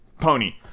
pony